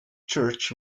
church